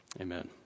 Amen